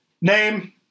name